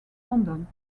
london